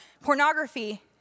pornography